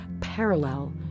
parallel